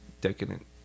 decadent